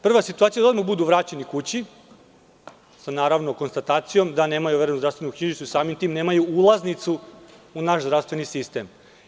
Prva situacija je da odmah budu vraćeni kući, sa konstatacijom da nemaju overenu zdravstvenu knjižicu i samim tim nemaju ulaznicu u naš zdravstveni sistem.